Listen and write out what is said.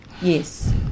Yes